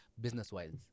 business-wise